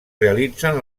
realitzen